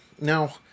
Now